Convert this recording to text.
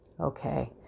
Okay